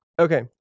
Okay